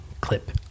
clip